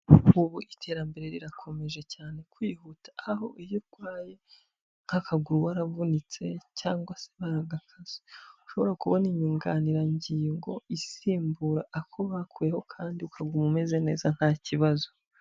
Ubu iterambere rirakomeje cyane kwihuta, aho iyo urwaye nk'akaguru, waravunitse cyangwa se baragakase ushobora kubona inyunganirangingo isimbura ako bakuyeho kandi ukaguma umeze neza ntakibazo.